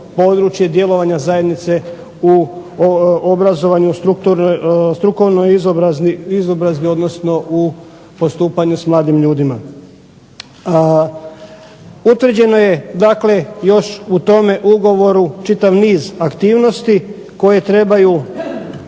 područje djelovanja zajednice u obrazovanju, strukovnoj izobrazbi, odnosno u postupanju s mladim ljudima. Utvrđeno je dakle još u tome ugovoru čitav niz aktivnosti koje trebaju